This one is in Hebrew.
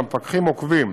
והמפקחים עוקבים